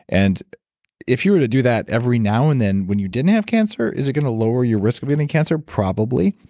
and if you were to do that every now and then when you didn't have cancer, is it going to lower your risk of getting cancer? probably.